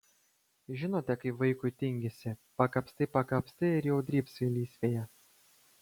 žinote kaip vaikui tingisi pakapstai pakapstai ir jau drybsai lysvėje